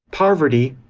poverty,